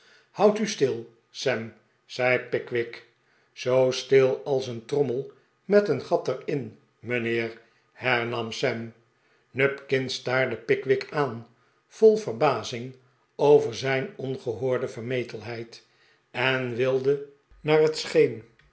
houd u stil sam zei pickwick zoo stil als een trommel met een gat er in mijnheer hernam sam nupkins staarde pickwick aan vol verbazing over zijn ongehoorde vermetelheid en wilde haar het